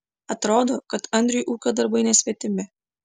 atrodo kad andriui ūkio darbai nesvetimi